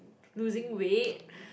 losing weight